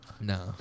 No